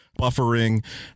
buffering